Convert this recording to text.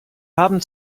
haben